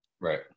right